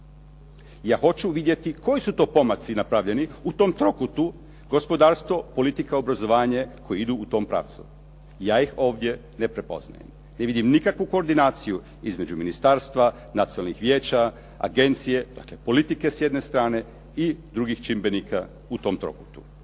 Ja hoću vidjeti koji su to pomaci napravljeni u tom trokutu, gospodarstvo, politika, obrazovanje koji idu u tom pravcu. Ja ih ovdje ne prepoznajem. Ne vidim nikakvu koordinaciju između ministarstva, nacionalnih vijeća, agencije, dakle politike s jedne strane i drugih čimbenika u tom trokutu.